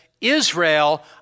Israel